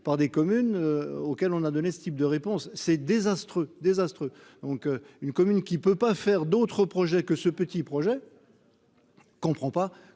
par des communes, auxquelles on a donné ce type de réponse c'est désastreux désastre donc une commune qui peut pas faire d'autres projets que ce petit projet comprend pas